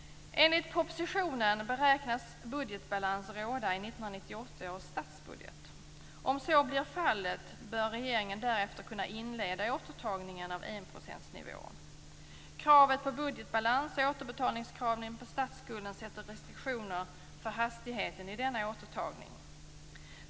1998 års statsbudget. Om så blir fallet bör regeringen därefter kunna inleda återtagningen av enprocentsnivån. Kravet på budgetbalans och återbetalningskraven på statsskulden sätter restriktioner för hastigheten i denna återtagning.